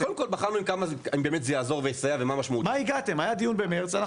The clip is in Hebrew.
קודם כל בחנו אם זה באמת יעזור ויסייע ומה המשמעות של זה.